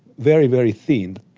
very, very thin,